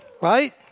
right